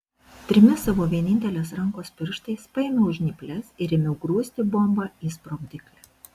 trimis savo vienintelės rankos pirštais paėmiau žnyples ir ėmiau grūsti bombą į sprogdiklį